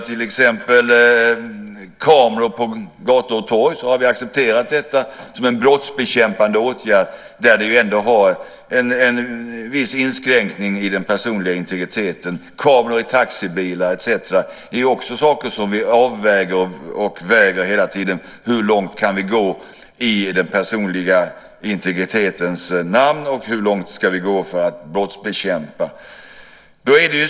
Till exempel kameror på gator och torg har vi accepterat som en brottsbekämpande åtgärd som ändå innebär en viss inskränkning i den personliga integriteten. Kameror i taxibilar är också en sak som vi avväger och där vi hela tiden väger hur långt vi kan gå i den personliga integritetens namn och hur långt vi ska gå för att brottsbekämpa.